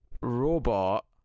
robot